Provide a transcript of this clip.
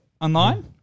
Online